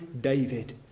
David